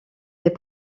des